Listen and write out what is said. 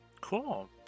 Cool